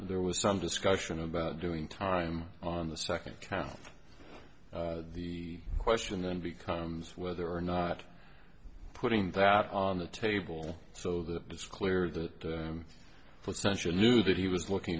there was some discussion about doing time on the second count the question then becomes whether or not putting that on the table so that it's clear that what century knew that he was looking